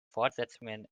fortsetzungen